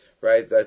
right